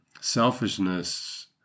Selfishness